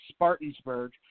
Spartansburg